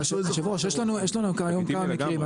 היושב ראש יש לנו יש לנו כיום כמה מקרים,